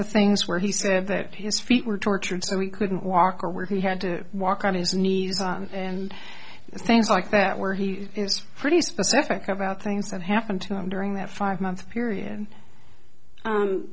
the things where he said that his feet were tortured so he couldn't walk or where he had to walk on his knees and things like that where he was pretty specific about things that happened to him during that five month period